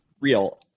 real